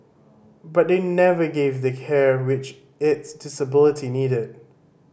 but they never gave the care which its disability needed